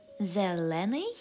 ZELENY